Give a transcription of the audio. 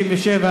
ירדני ופלסטיני.